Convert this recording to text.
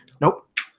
Nope